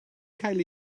cael